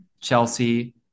Chelsea